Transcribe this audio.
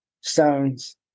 stones